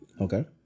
Okay